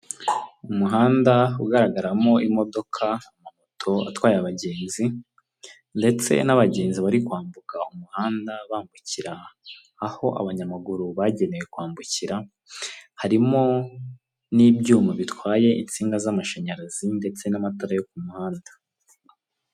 Umuhanda ugaragaramo imodoka, moto itwaye abagenzi, ndetse n'abagenzi bari kwambuka umuhanda bambukira aho abanyamaguru bagenewe kwambukira, harimo n'ibyuma bitwaye insinga z'amashanyarazi ndetse n'amatara yo kumuhanda.